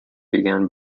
began